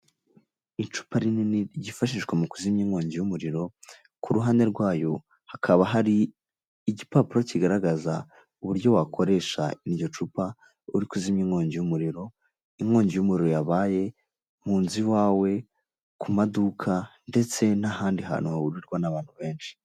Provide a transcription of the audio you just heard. Icupa rinini ryifashishwa mu kuzimya inkongi y'umuriro, ku ruhande rwayo hakaba hari igipapuro kigaragaza uburyo wakoresha iryo cupa, uri kuzimya inkongi y'umuriro, inkongi y'umuriro yabaye mu nzu iwawe, ku maduka ndetse n'ahandi hantu hahurirwa n'abantu benshi.